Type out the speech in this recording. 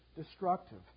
destructive